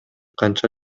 канча